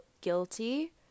guilty